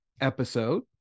episode